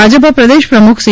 ભાજપા પ્રદેશ પ્રમુખ સી